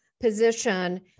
position